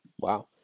wow